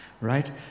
Right